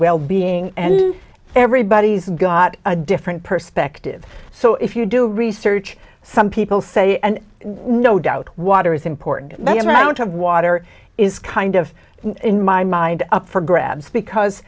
wellbeing and everybody's got a different perspective so if you do research some people say and no doubt water is important but i don't have water is kind of in my mind up for grabs because